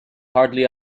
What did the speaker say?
hardly